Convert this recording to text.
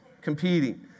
competing